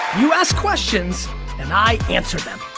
you ask questions and i answer them.